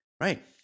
Right